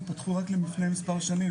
פתחו רק לפני מספר שנים.